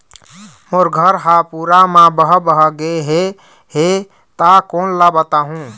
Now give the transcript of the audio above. मोर घर हा पूरा मा बह बह गे हे हे ता कोन ला बताहुं?